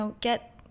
get